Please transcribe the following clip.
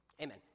Amen